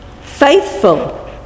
faithful